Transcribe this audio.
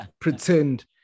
Pretend